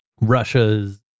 Russia's